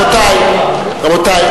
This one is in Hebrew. רבותי,